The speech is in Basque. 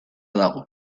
dago